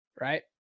right